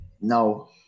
No